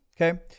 okay